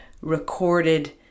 recorded